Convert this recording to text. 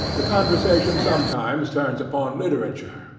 the conversation sometimes turns upon literature,